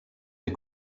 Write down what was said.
des